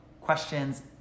questions